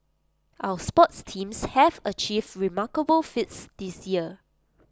our sports teams have achieved remarkable feats this year